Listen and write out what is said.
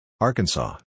Arkansas